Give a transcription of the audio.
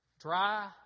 Dry